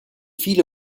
viele